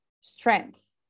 strength